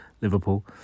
Liverpool